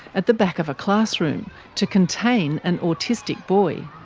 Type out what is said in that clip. at the back of a classroom to contain an autistic boy.